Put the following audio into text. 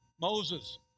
Moses